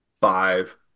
five